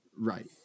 Right